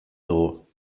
dugu